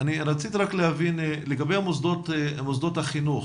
רציתי להבין לגבי מוסדות החינוך.